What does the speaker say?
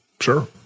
Sure